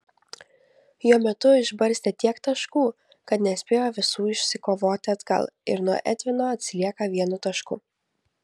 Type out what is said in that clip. jo metu išbarstė tiek taškų kad nespėjo visų išsikovoti atgal ir nuo edvino atsilieka vienu tašku